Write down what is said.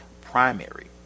primary